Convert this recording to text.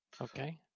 okay